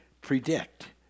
predict